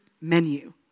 menu